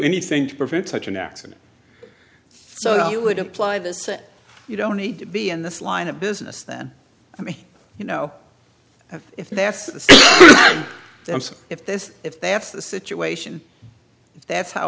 anything to prevent such an accident so you would apply the same you don't need to be in this line of business then i mean you know if that's if this if that's the situation that's how